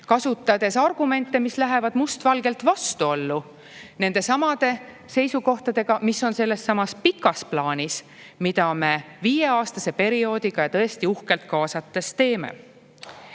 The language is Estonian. kasutades argumente, mis lähevad mustvalgelt vastuollu nendesamade seisukohtadega, mis on selles pikas plaanis, mida me viieaastaseks perioodiks ja tõesti uhkelt kaasates teeme.